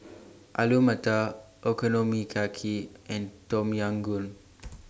Alu Matar Okonomiyaki and Tom Yam Goong